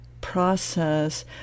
process